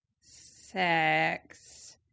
sex